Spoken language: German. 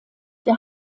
der